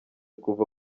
kuva